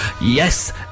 Yes